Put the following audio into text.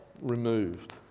removed